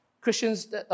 Christians